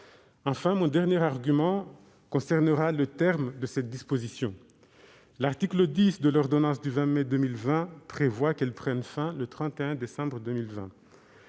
Enfin, mon dernier argument a trait au terme de cette disposition. L'article 10 de l'ordonnance du 20 mai 2020 prévoit qu'elle prenne fin au 31 décembre 2020.